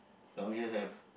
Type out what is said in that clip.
down here have